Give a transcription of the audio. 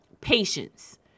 patience